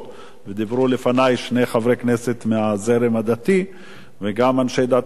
ודיברו לפני שני חברי כנסת מהזרם הדתי וגם אנשי דת אחרים,